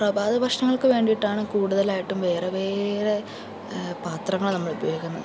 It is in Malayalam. പ്രഭാത ഭക്ഷണങ്ങൾക്ക് വേണ്ടിയിട്ടാണ് കൂടുതലായിട്ടും വേറെ വേറെ പാത്രങ്ങൾ നമ്മളുപയോഗിക്കുന്നത്